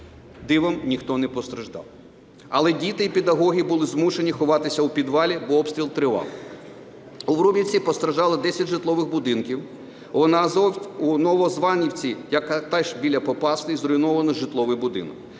Дивом ніхто не постраждав, але діти і педагоги були змушені ховатися у підвалі, бо обстріл тривав. У Врубівці постраждали 10 житлових будинків. У Новозванівці, яка теж біля Попасної, зруйновано житловий будинок,